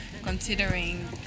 Considering